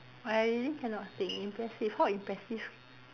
I really cannot think impressive how impressive